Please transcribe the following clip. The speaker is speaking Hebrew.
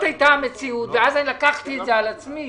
אפשר לחכות עוד שבוע כדי שתסתיים